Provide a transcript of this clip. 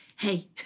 Hey